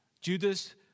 Judas